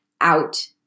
out